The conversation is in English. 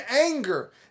anger